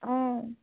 অঁ